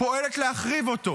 פועלת להחריב אותו.